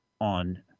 on